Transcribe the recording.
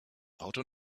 auto